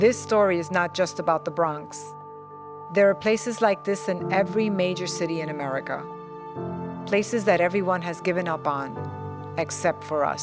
this story is not just about the bronx there are places like this in every major city in america places that everyone has given up on except for us